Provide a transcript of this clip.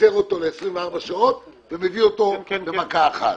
עוצר אותו ל-24 שעות, ומביא אותו במכה אחת.